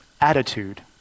attitude